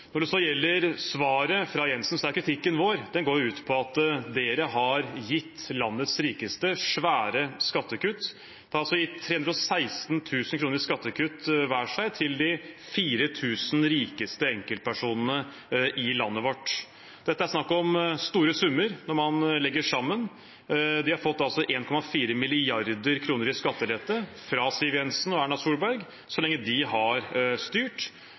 Når det gjelder svaret fra Jensen, går kritikken vår ut på at man har gitt landets rikeste svære skattekutt. Man har gitt 316 000 kr i skattekutt til hver av de 4 000 rikeste enkeltpersonene i landet vårt. Det er snakk om store summer når man legger det sammen. De har altså fått 1,4 mrd. kr i skattelette fra Siv Jensen og Erna Solberg så lenge de har styrt